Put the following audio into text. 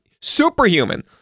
superhuman